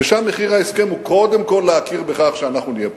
ושם מחיר ההסכם הוא קודם כול להכיר בכך שאנחנו נהיה פה.